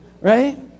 Right